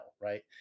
right